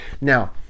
Now